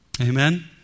Amen